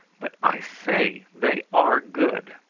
but, i say, they are good!